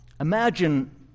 Imagine